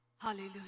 Hallelujah